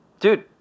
dude